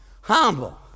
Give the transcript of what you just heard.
humble